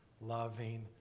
loving